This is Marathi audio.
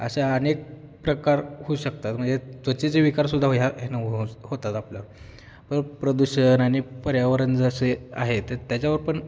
अशा अनेक प्रकार होऊ शकतात म्हणजे त्वचेचे विकारसुद्धा हो ह न हो हो होतात आपल्या प प्रदूषण आणि पर्यावरण जर असे आहे तर त्याच्यावर पण